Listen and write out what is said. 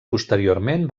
posteriorment